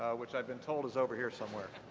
which i've been told is over here somewhere.